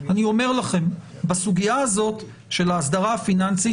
אני אומר לכם שבסוגיה הזאת של האסדרה הפיננסית